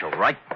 right